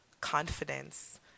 confidence